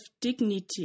dignity